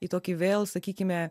į tokį vėl sakykime